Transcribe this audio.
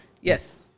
Yes